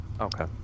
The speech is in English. Okay